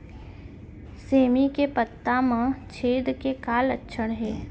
सेमी के पत्ता म छेद के का लक्षण हे?